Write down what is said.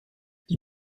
die